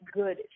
good